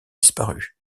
disparu